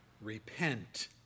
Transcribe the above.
Repent